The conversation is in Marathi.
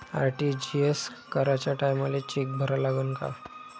आर.टी.जी.एस कराच्या टायमाले चेक भरा लागन का?